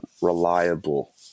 reliable